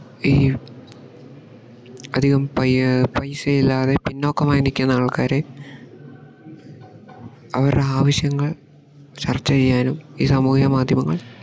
ഈ അധികം പയ് പൈസ ഇല്ലാതെ പിന്നോക്കമായി നിൽക്കുന്ന ആൾക്കാരെ അവരുടെ ആവശ്യങ്ങൾ ചർച്ച ചെയ്യാനും ഈ സമൂഹിക മാധ്യമങ്ങൾ